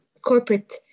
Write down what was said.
corporate